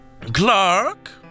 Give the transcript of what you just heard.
Clark